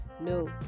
no